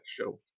show